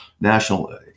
national